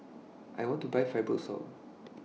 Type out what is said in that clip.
I want to Buy Fibrosol